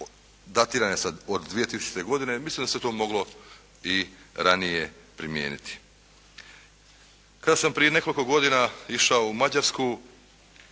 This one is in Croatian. datirane od 2000. godine, mislim da se to moglo i ranije primijeniti. Kad sam prije nekoliko godina išao u Mađarsku